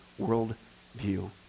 worldview